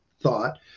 thought